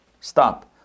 Stop